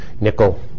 nickel